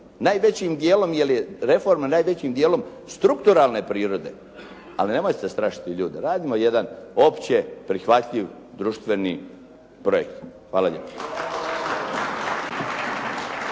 najvećim dijelom, jel' je reforma najvećim dijelom strukturalne prirode. Ali nemojte strašiti ljude, radimo jedan opće prihvatljiv društveni projekt. Hvala lijepo.